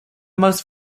most